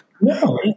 No